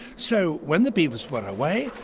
so when the beavers were away,